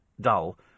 dull